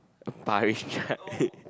Paris-Chai